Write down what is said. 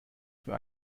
für